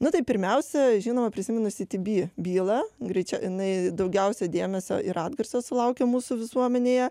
nu tai pirmiausia žinoma prisimenu citybee bylą greičiau jinai daugiausiai dėmesio ir atgarsio sulaukė mūsų visuomenėje